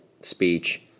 speech